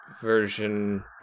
version